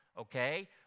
Okay